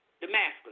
Damascus